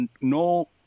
no